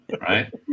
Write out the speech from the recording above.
right